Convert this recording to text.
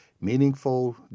meaningful